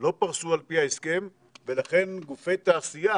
לא פרסו על פי ההסכם ולכן גופי תעשייה